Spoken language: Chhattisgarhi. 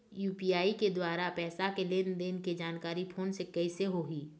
यू.पी.आई के द्वारा पैसा के लेन देन के जानकारी फोन से कइसे होही?